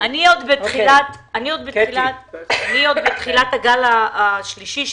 עוד בתחילת הגל השלישי,